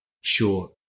Sure